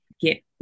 get